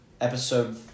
episode